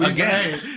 Again